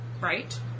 Right